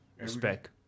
Respect